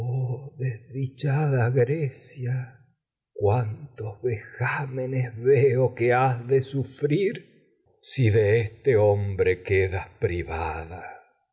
desdichada grecia cuántos vejámenes hombre que has de sufrir si de este quedas pri